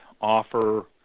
offer